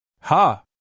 Ha